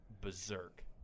berserk